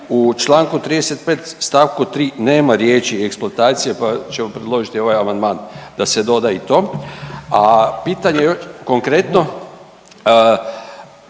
u čl. 35. st. 3. nema riječi eksploatacija pa ćemo predložiti ovaj amandman da se doda i to. A pitanje konkretno,